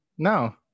no